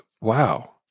wow